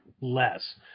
less